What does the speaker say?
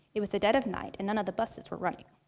it was the dead of night and none of the buses were running.